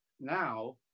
now